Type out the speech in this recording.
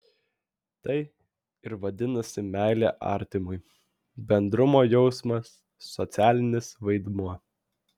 tai ir vadinasi meilė artimui bendrumo jausmas socialinis vaidmuo